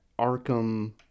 Arkham